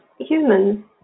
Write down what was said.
humans